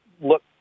look